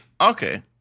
okay